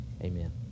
Amen